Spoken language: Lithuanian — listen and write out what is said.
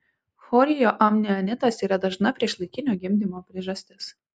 chorioamnionitas yra dažna priešlaikinio gimdymo priežastis